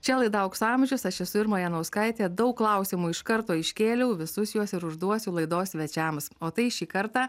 čia laida aukso amžius aš esu irma janauskaitė daug klausimų iš karto iškėliau visus juos ir užduosiu laidos svečiams o tai šį kartą